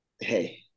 hey